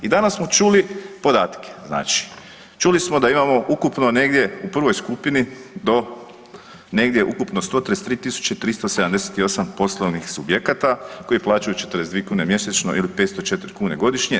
I danas smo čuli podatke, znači, čuli smo da imamo ukupno negdje u prvoj skupini do negdje ukupno 133 378 poslovnih subjekata koji plaćaju 42 kune mjesečno ili 504 kune godišnje.